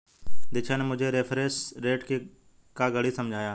दीक्षा ने मुझे reference rate का गणित समझाया